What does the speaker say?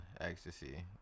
ecstasy